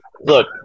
look